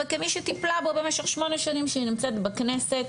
וכמי שטיפלה בו במשך שמונה שנים שהיא נמצאת בכנסת,